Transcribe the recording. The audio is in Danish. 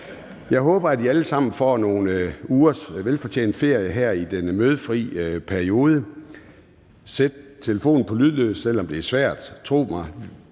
Jeg håber, at I alle sammen får nogle ugers velfortjent ferie her i den mødefri periode. Sæt telefonen på lydløs, selv om det er svært. Tro mig,